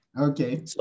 Okay